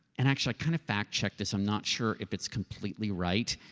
and actually i kind of fact checked this. i'm not sure if it's completely right,